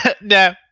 No